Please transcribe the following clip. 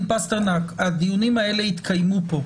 פסטרנק, הדיונים האלה התקיימו פה.